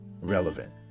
relevant